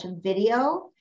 video